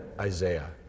Isaiah